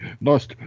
Nice